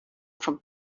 from